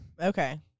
Okay